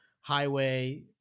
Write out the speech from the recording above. highway